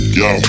yo